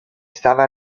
stava